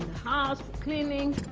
house for cleaning.